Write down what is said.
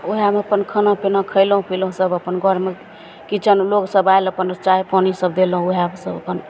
वएहमे अपन खाना पिना खएलहुँ पिलहुँ सब अपन घरमे किचन लोकसभ आएल अपन चाइ पानी सब देलहुँ वएहमे सभ अपन